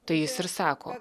tai jis ir sako